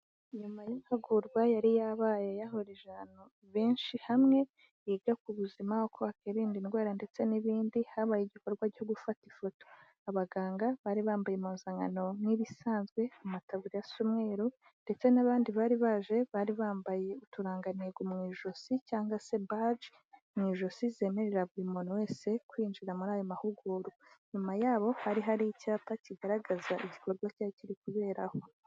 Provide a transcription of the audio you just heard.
Nyuma y'amahugurwa yari yabaye yahurije abantu benshi hamwe, yiga ku buzima, uko wakirinda indwara ndetse n'ibindi, habaye igikorwa cyo gufata ifoto, abaganga bari bambaye impuzankano nk'ibisanzwe, amataburiya asa umweru, ndetse n'abandi bari baje, bari bambaye uturangantego mu ijosi cyangwa se baji mu ijosi, zemerera buri muntu wese kwinjira muri ayo mahugurwa, inyuma yabo hari hari icyapa kigaragaza igikorwa cyari kiri kubera aho.